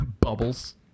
bubbles